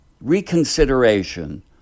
reconsideration